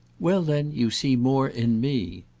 well then you see more in me!